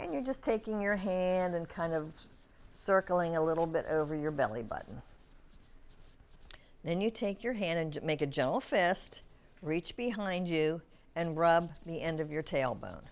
and you're just taking your hand and kind of circling a little bit over your belly button and you take your hand and make a gentle fist reach behind you and rub the end of your tailbone